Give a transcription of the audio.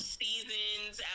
seasons